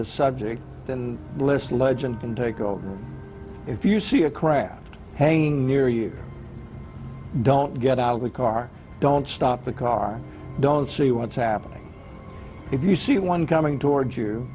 the subject than the list legend can take over if you see a craft hanging near you don't get out of the car don't stop the car don't see what's happening if you see one coming towards you